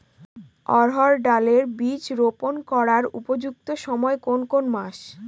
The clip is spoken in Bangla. অড়হড় ডাল এর বীজ রোপন করার উপযুক্ত সময় কোন কোন মাস?